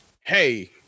hey